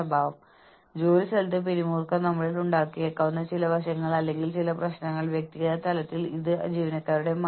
പ്രകടനത്തിനുള്ള പ്രതിഫലത്തെക്കുറിച്ച് നമ്മൾ സംസാരിക്കുമ്പോൾ ഞാൻ വളരെയധികം ചെയ്യുന്നുണ്ടെന്ന് ജീവനക്കാരൻ പറയുന്നു